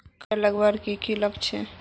कीड़ा लगवार की की लक्षण छे?